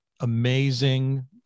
amazing